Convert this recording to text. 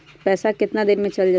पैसा कितना दिन में चल जतई?